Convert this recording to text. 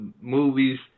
movies